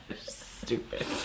Stupid